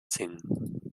singen